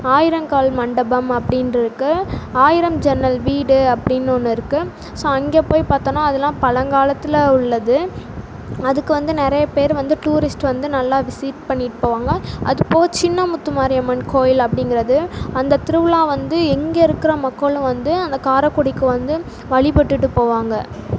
ஆயிரங்கால் மண்டபம் அப்படின்னு இருக்குது ஆயிரம் ஜன்னல் வீடு அப்படின்னு ஒன்று இருக்குது ஸோ அங்கே போய் பார்த்தோன்னா அதெலாம் பழங்காலத்துல உள்ளது அதுக்கு வந்து நிறையப் பேர் வந்து டூரிஸ்ட் வந்து நல்லா விசிட் பண்ணிவிட்டு போவாங்க அதுபோக சின்ன முத்துமாரியம்மன் கோயில் அப்படிங்குறது அந்தத் திருவிழா வந்து எங்கே இருக்கிற மக்களும் வந்து அந்த காரைக்குடிக்கு வந்து வழிபட்டுட்டு போவாங்க